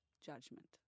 judgment